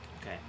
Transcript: Okay